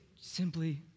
simply